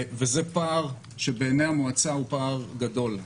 וזה פער שבעיני המועצה הוא פער גדול.